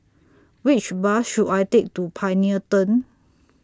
Which Bus should I Take to Pioneer Turn